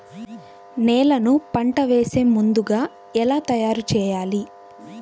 నేలను పంట వేసే ముందుగా ఎలా తయారుచేయాలి?